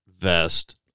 vest